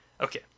Okay